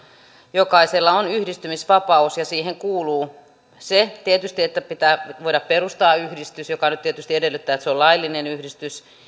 jokaisella on yhdistymisvapaus ja siihen kuuluu tietysti se että pitää voida perustaa yhdistys mikä nyt tietysti edellyttää että se on laillinen yhdistys